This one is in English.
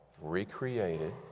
recreated